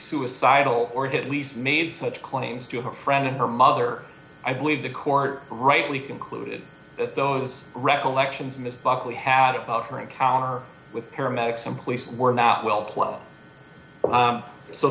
suicidal or his at least made such claims to her friend and her mother i believe the court rightly concluded that those recollections miss buckley having thought her encounter with paramedics and police were not well plu